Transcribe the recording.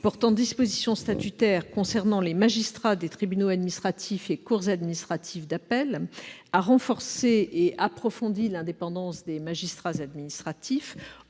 porte dispositions statutaires concernant les magistrats des tribunaux administratifs et cours administratives d'appel, a renforcé et approfondi l'indépendance des magistrats administratifs